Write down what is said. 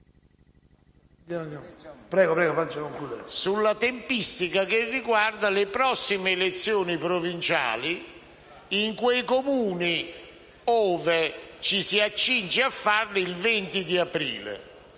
sulla tempistica che riguarda le prossime elezioni provinciali in quei Comuni dove si svolgeranno il 20 aprile.